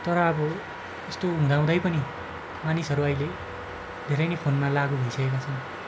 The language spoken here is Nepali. तर अब यस्तो हुँदाहुँदै पनि मानिसहरू अहिले धेरै नै फोनमा लागु भइसकेका छन्